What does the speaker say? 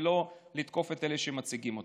ולא לתקוף את אלה שמציגים אותם.